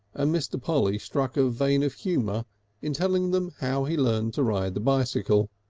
and mr. polly struck a vein of humour in telling them how he learnt to ride the bicycle.